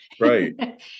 Right